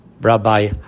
Rabbi